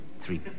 three